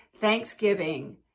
Thanksgiving